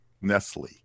Nestle